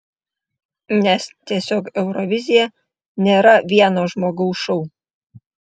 nes tiesiog eurovizija nėra vieno žmogaus šou